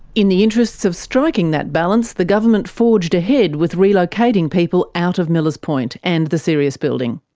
in the interests of striking that balance, the government forged ahead with relocating people out of millers point and the sirius building.